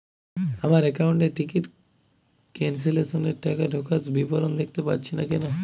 আমার একাউন্ট এ ticket cancellation এর টাকা ঢোকার বিবরণ দেখতে পাচ্ছি না কেন?